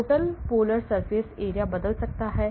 total polar surface area बदल सकता है